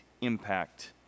impact